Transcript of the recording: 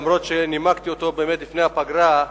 נימקתי באמת לפני הפגרה,